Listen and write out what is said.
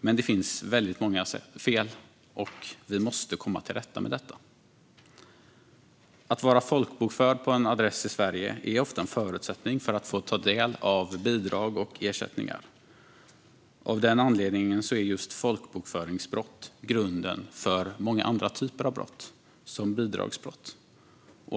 men det finns väldigt många fel och vi måste komma till rätta med detta. Att vara folkbokförd på en adress i Sverige är ofta en förutsättning för att få ta del av bidrag och ersättningar. Av den anledningen är just folkbokföringsbrott grunden för många andra typer av brott, som bidragsbrott.